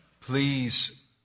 please